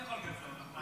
מי יכול לקצר אותך, מאי?